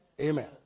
Amen